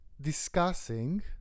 discussing